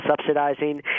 subsidizing